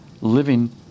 living